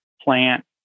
plant